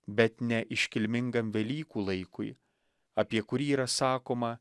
bet ne iškilmingam velykų laikui apie kurį yra sakoma